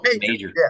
major